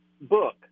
book